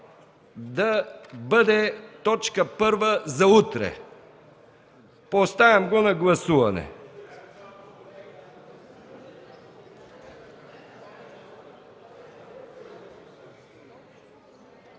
…да бъде точка първа за утре. Поставям го на гласуване.